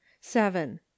seven